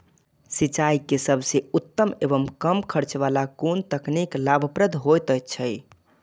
सिंचाई के सबसे उत्तम एवं कम खर्च वाला कोन तकनीक लाभप्रद होयत छै?